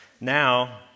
Now